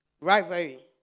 rivalry